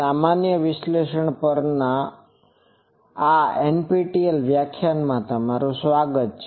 સામાન્ય વિશ્લેષણ પરના આ એનપીટીઈએલ વ્યાખ્યાનમાં તમારું સ્વાગત છે